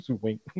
wink